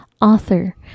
Author